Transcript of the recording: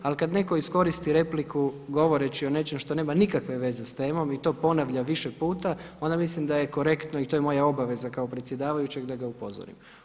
Ali kad netko iskoristi repliku govoreći o nečem što nema nikakve veze s temom i to ponavlja više puta onda mislim da je korektno i to je moja obaveza kao predsjedavajućeg da ga upozorim.